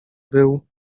był